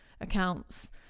accounts